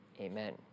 Amen